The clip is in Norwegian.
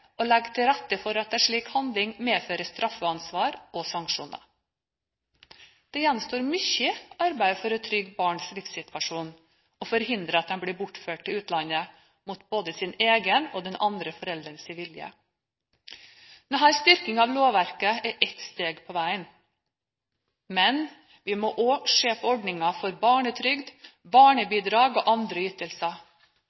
legge til rette for at en slik handling medfører straffeansvar og sanksjoner. Det gjenstår mye arbeid for å trygge barns livssituasjon og forhindre at de blir bortført til utlandet mot både sin egen og den andre forelderens vilje. Denne styrkingen av lovverket er ett steg på veien. Men vi må også se på ordningene for barnetrygd,